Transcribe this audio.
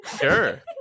Sure